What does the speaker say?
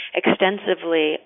extensively